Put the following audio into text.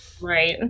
right